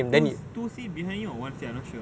two two seat behind him or one seat I'm not sure